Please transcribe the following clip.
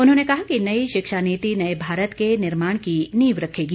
उन्होंने कहा कि नई शिक्षा नीति नये भारत के निर्माण की नींव रखेगी